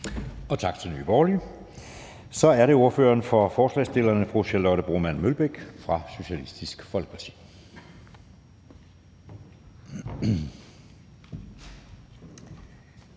Tak til Nye Borgerlige. Så er det ordføreren for forslagsstillerne, fru Charlotte Broman Mølbæk fra Socialistisk Folkeparti.